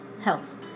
health